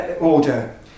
order